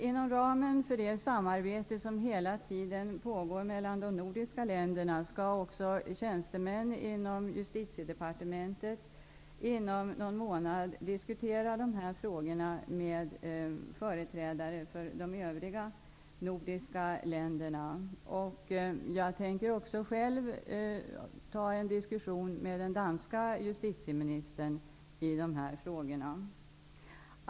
Inom ramen för det samarbete som hela tiden pågår mellan de nordiska länderna skall också tjänstemän i Justitidepartementet inom någon månad diskutera dessa frågor med företrädare för de övriga nordiska länderna. Jag tänker också själv ha en diskussion med den danske justitieministern i dessa frågor.